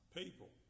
people